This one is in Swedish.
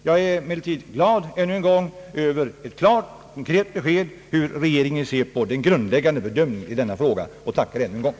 Jag vill emellertid än en gång framhålla att jag är glad över ett klart besked om hur regeringen ser på en grundläggande bedömning i denna fråga och tackar än en gång.